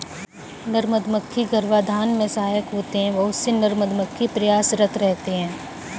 नर मधुमक्खी गर्भाधान में सहायक होते हैं बहुत से नर मधुमक्खी प्रयासरत रहते हैं